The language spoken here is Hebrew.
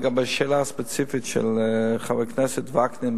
לגבי שאלה ספציפית של חבר הכנסת וקנין,